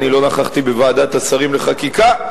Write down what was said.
אני לא נכחתי בוועדת השרים לחקיקה,